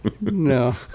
No